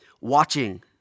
Watching